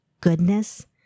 goodness